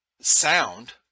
sound